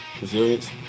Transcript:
Resilience